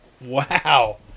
Wow